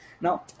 Now